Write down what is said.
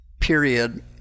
period